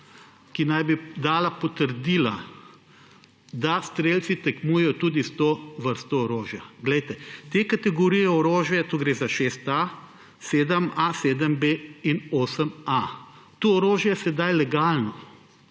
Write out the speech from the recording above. ki naj bi dala potrdila, da strelci tekmujejo tudi s to vrsto orožja. Glejte, te kategorije orožja, to gre za 6-A, 7-A, 7-B in 8-A, to orožje je sedaj legalno.